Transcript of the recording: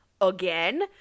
again